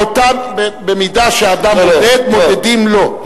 שבמידה שאדם מודד מודדים לו.